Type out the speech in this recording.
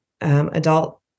adult